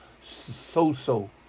so-so